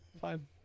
Fine